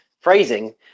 phrasing